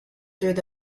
through